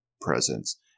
presence